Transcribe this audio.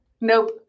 nope